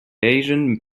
asian